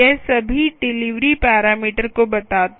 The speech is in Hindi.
यह सभी डिलीवरी पैरामीटरस को बताता है